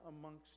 amongst